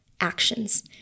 actions